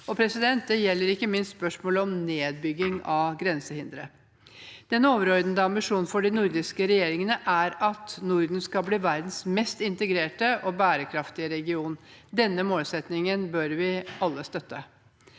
på Svalbard. Det gjelder ikke minst også spørsmål om nedbygging av grensehindre. Den overordnede ambisjonen for de nordiske regjeringene er at Norden skal bli verdens mest integrerte og bærekraftige region. Denne målsettingen bør vi alle støtte.